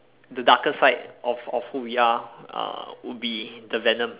the darker side of of who we are uh would be the venom